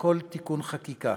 כל תיקון חקיקה.